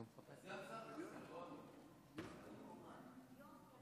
השר חמד עמאר,